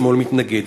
השמאל מתנגד,